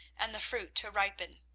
and the fruit to ripen.